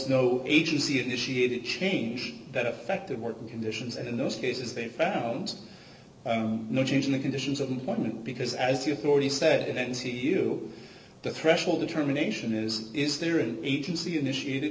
no agency initiated change that affected working conditions and in those cases they found no change in the conditions of employment because as you thought he said in n z you the threshold determination is is there an agency initiated